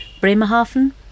Bremerhaven